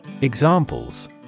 Examples